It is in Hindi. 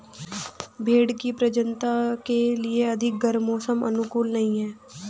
भेंड़ की प्रजननता के लिए अधिक गर्म मौसम अनुकूल नहीं है